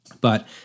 But-